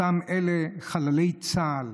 אותם אלה, חללי צה"ל,